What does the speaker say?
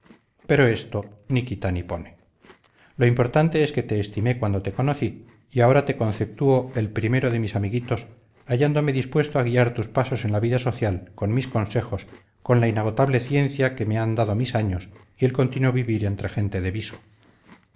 pero esto ni quita ni pone lo importante es que te estimé cuando te conocí y ahora te conceptúo el primero de mis amiguitos hallándome dispuesto a guiar tus pasos en la vida social con mis consejos con la inagotable ciencia que me han dado mis años y el continuo vivir entre gente de viso